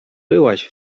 byłaś